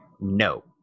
no